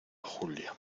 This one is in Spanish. julia